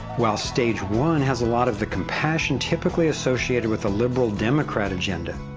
while stage one has a lot of the compassion typically associated with liberal-democrat agenda,